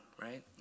right